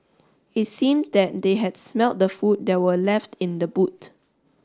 it seemed that they had smelt the food that were left in the boot